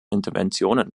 interventionen